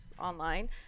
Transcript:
online